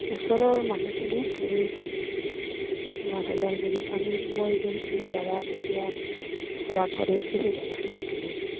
ওচৰৰ মানুহখিনি খুবেই ভাল আমাৰ ওদালগুৰি আমি মই যোনখিনি জেগাত তেতিয়া বসবাস কৰি আছো সেই জেগাখিনি খুবেই ভাল